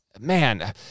man